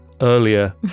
earlier